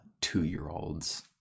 two-year-olds